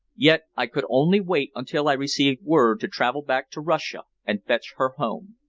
yet i could only wait until i received word to travel back to russia and fetch her home.